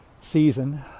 season